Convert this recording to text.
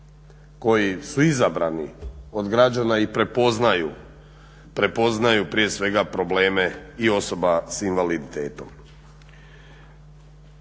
koji su izabrani od građana i prepoznaju prije svega i probleme i osoba s invaliditetom.